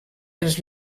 els